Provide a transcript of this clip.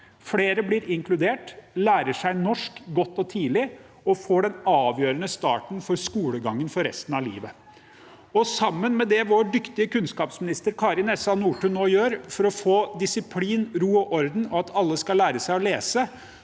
Flere blir inkludert, lærer seg norsk godt og tidlig og får den avgjørende starten på skolegangen for resten av livet. Sammen med det vår dyktige kunnskapsminister Kari Nessa Nordtun nå gjør for å få disiplin, ro og orden, og at alle skal lære seg å lese,